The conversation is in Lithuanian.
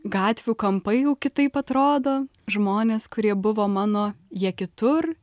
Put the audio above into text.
gatvių kampai jau kitaip atrodo žmonės kurie buvo mano jie kitur